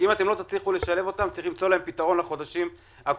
כי אם לא תצליחו לשלב אותם צריך למצוא להם פתרון לחודשים הקרובים,